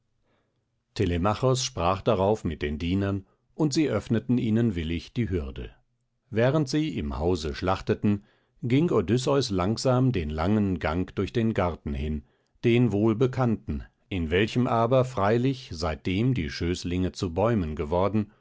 sprach darauf mit den dienern und sie öffneten ihnen willig die hürde während sie im hause schlachteten ging odysseus langsam den langen gang durch den garten hin den wohlbekannten in welchem aber freilich seitdem die schößlinge zu bäumen geworden